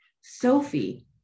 sophie